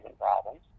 problems